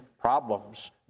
problems